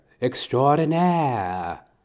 extraordinaire